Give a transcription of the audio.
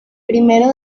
primero